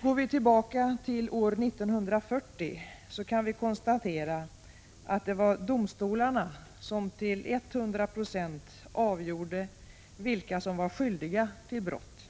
Går vi tillbaka till år 1940, kan vi konstatera att det var domstolarna som till 100 26 avgjorde vilka som var skyldiga till brott.